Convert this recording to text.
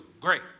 great